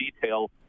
detail